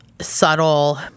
subtle